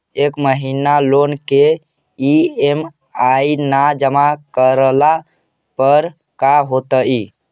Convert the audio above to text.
एक महिना लोन के ई.एम.आई न जमा करला पर का होतइ?